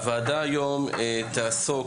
הוועדה היום תעסוק,